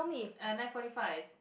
uh nine forty five